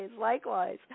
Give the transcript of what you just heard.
likewise